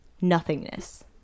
nothingness